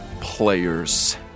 players